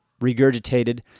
regurgitated